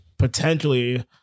Potentially